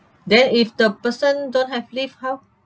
then if the person don't have leave how